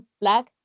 black